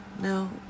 no